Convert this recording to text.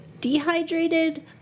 dehydrated